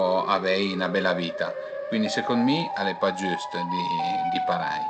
o avei 'na bela vita, cuindi secund mi al e pa giüst di parei